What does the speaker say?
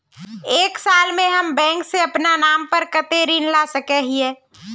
एक साल में हम बैंक से अपना नाम पर कते ऋण ला सके हिय?